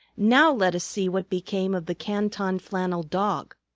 now let us see what became of the canton-flannel dog.